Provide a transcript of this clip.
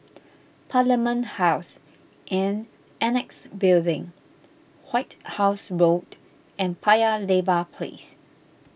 Parliament House and Annexe Building White House Road and Paya Lebar Place